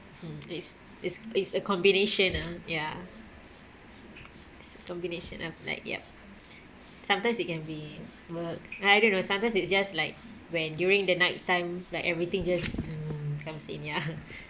it's it's it's a combination ah ya combination of like yup sometimes it can be work I don't know sometimes it's just like when during the night time like everything just comes in ya